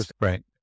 right